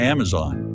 Amazon